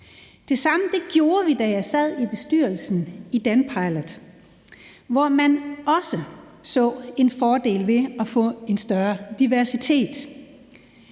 Det samme gjorde vi, da jeg sad i bestyrelsen i DanPilot, hvor man også så en fordel i at få en større diversitet,